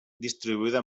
distribuïda